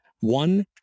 One